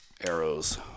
arrows